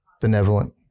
benevolent